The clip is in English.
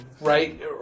right